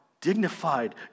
Dignified